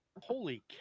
holy